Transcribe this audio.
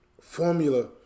formula